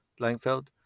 Langfeld